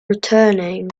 returning